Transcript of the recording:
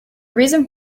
reason